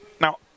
now